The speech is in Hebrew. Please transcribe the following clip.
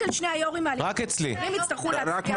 רק על שני היו"רים מהליכוד הם יצטרכו להצביע.